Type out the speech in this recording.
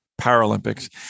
Paralympics